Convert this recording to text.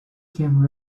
came